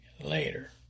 later